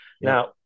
Now